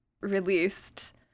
released